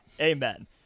Amen